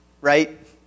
right